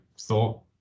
thought